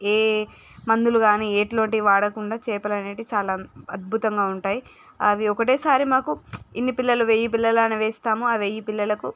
ఏ మందులు కాని వేరేటివి వాడకుండా చేపలు అనేవి చాలా అద్భుతంగా ఉంటాయి అవి ఒకటేసారి మాకు ఇన్ని పిల్లలు వెయ్యి ఇన్ని పిల్లలు అని వేస్తాము అవి వెయ్యి పిల్లలకు